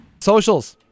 Socials